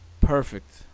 Perfect